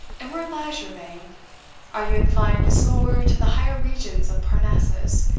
and where lies your vein are you inclined to soar to the higher regions of parnassus,